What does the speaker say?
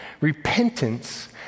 repentance